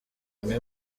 bimwe